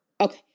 Okay